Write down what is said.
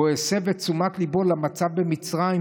והסב את תשומת ליבו למצב במצרים,